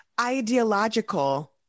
ideological